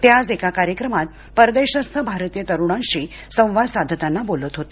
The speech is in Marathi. ते आज एका कार्यक्रमात परदेशस्थ भारतीय तरूणांशी संवाद साधताना बोलत होते